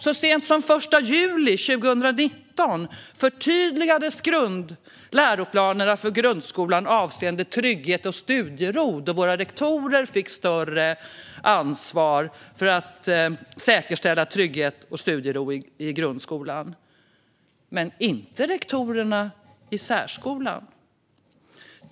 Så sent som den 1 juli 2019 förtydligades läroplanerna för grundskolan avseende trygghet och studiero, då våra rektorer fick större ansvar för att säkerställa trygghet och studiero i grundskolan. Det gällde inte rektorerna i särskolan.